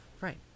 Right